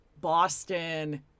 Boston